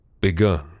begun